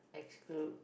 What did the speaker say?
exclude